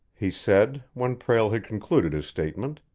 he said, when prale had concluded his statement.